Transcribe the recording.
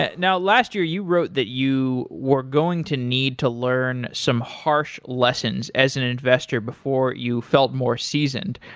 and now, last year you wrote that you were going to need to learn some harsh lessons as an an investor before you felt more seasoned.